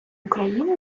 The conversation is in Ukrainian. україни